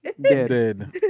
Dead